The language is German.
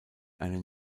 eine